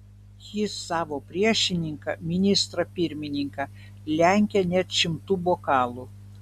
jis savo priešininką ministrą pirmininką lenkia net šimtu bokalų